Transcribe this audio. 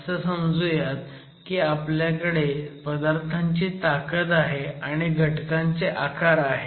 असं समजुयात की आपल्याकडे पदार्थांची ताकद आहे आणि घटकांचे आकार आहेत